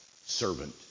servant